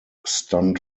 stunt